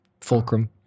Fulcrum